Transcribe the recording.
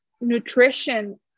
nutrition